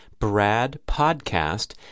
BRADPODCAST